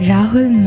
Rahul